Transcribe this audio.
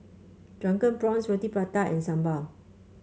Drunken Prawns Roti Prata and sambal